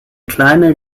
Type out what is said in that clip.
kleine